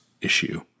issue